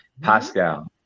Pascal